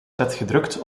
vetgedrukt